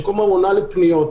שכל הזמן עונה לפניות.